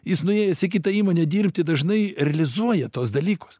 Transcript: jis nuėjęs į kitą įmonę dirbti dažnai realizuoja tuos dalykus